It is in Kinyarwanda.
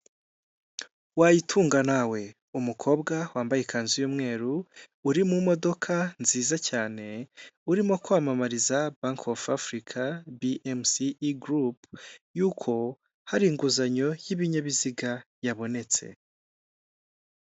Wayitunga nawe, umukobwa wambaye ikanzu y'umweru uri mu modoka nziza cyane, urimo kwamamariza bank of africa BMC group, y'uko hari inguzanyo y'ibinyabiziga yabonetse.